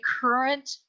current